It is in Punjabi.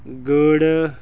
ਗੁੜ